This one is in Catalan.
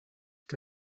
que